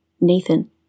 Nathan